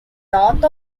north